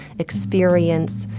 experience,